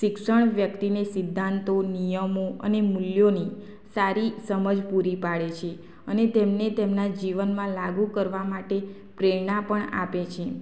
સિક્સણ વ્યક્તિને સિદ્ધાંતો નિયમો અને મૂલ્યોની સારી સમજ પૂરી પાડે છે અને તેમને તેમના જીવનમાં લાગુ કરવા માટે પ્રેરણા પણ આપે છે